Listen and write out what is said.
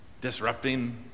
Disrupting